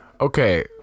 okay